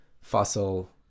fossil